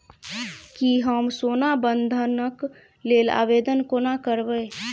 की हम सोना बंधन कऽ लेल आवेदन कोना करबै?